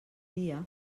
dia